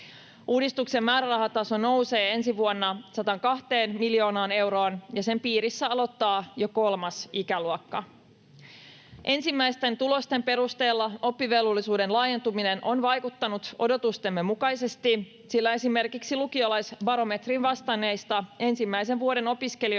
Uudistuksen määrärahataso nousee ensi vuonna 102 miljoonaan euroon, ja sen piirissä aloittaa jo kolmas ikäluokka. Ensimmäisten tulosten perusteella oppivelvollisuuden laajentuminen on vaikuttanut odotustemme mukaisesti, sillä esimerkiksi lukiolaisbarometriin vastanneista ensimmäisen vuoden opiskelijoista